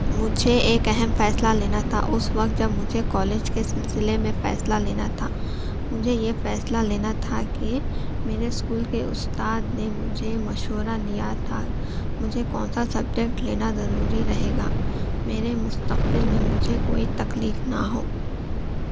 مجھے ایک اہم فیصلہ لینا تھا اس وقت جب مجھے کالج کے سلسلے میں فیصلہ لینا تھا مجھے یہ فیصلہ لینا تھا کہ میرے اسکول کے استاد نے مجھے مشورہ دیا تھا مجھے کون سا سبجیکٹ لینا ضروری رہے گا میرے مستقبل میں مجھے کوئی تکلیف نہ ہو